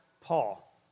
Paul